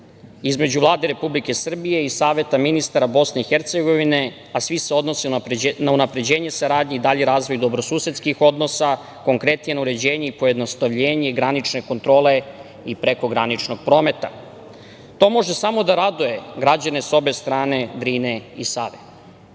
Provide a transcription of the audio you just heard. između Vlade Republike Srbije i Saveta ministara BiH, a svi se odnose na unapređenje saradnje i dalji razvoj dobrosusedskih odnosa, konkretno uređenje i pojednostavljenje granične kontrole i preko graničnog prometa. To može samo da raduje građane, sa obe strane Drine i Save.